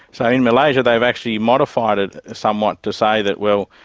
so in malaysia they've actually modified it somewhat to say that, well,